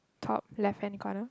top left hand corner